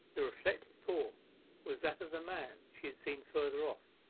the reflected form was that of the man she had seen further off,